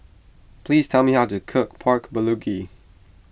please tell me how to cook Pork Bulugi